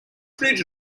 bridge